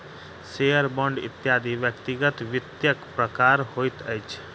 share, bond इत्यादि व्यक्तिगत वित्तक प्रकार होइत अछि